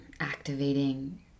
activating